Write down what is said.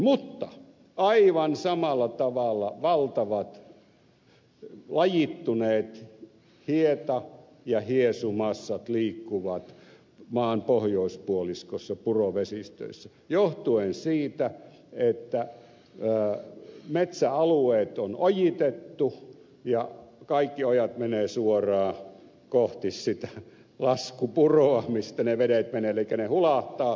mutta aivan samalla tavalla valtavat lajittuneet hieta ja hiesumassat liikkuvat maan pohjoispuoliskossa purovesistöissä johtuen siitä että metsäalueet on ojitettu ja kaikki ojat menevät suoraan kohti sitä laskupuroa mistä ne vedet menevät